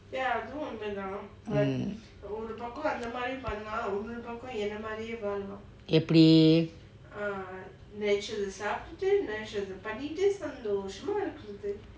mm எப்பிடி:eppidi